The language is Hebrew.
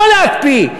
לא להקפיא,